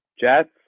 Jets